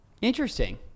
Interesting